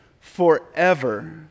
forever